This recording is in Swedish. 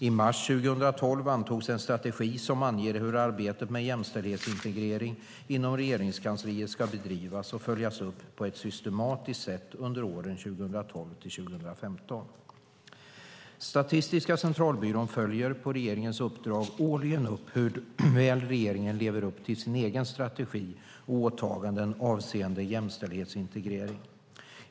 I mars 2012 antogs en strategi som anger hur arbetet med jämställdhetsintegrering inom Regeringskansliet ska bedrivas och följas upp på ett systematiskt sätt under åren 2012-2015. Statistiska centralbyrån följer på regeringens uppdrag årligen upp hur väl regeringen lever upp till sin egen strategi och åtaganden avseende jämställdhetsintegrering.